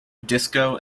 disco